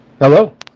Hello